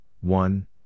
one